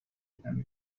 دیدم